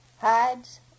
hides